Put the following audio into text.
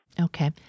Okay